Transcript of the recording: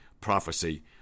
prophecy